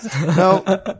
No